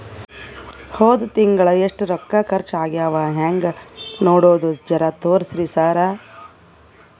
ಹೊದ ತಿಂಗಳ ಎಷ್ಟ ರೊಕ್ಕ ಖರ್ಚಾ ಆಗ್ಯಾವ ಹೆಂಗ ನೋಡದು ಜರಾ ತೋರ್ಸಿ ಸರಾ?